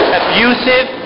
abusive